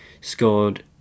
scored